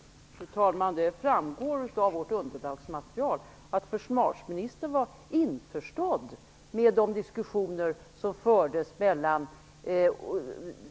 Jag förmodar att vi alla håller med om det.